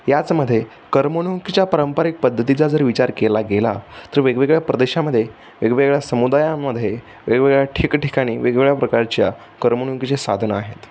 याचमध्ये करमणुकीच्या पारंपरिक पद्धतीचा जर विचार केला गेला तर वेगवेगळ्या प्रदेशामध्ये वेगवेगळ्या समुदायांमध्ये वेगवेगळ्या ठिकठिकाणी वेगवेगळ्या प्रकारच्या करमणुकीचे साधनं आहेत